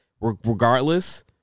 Regardless